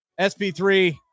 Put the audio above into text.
SP3